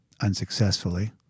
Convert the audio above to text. unsuccessfully